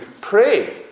pray